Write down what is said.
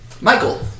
Michael